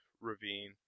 ravine